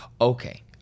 Okay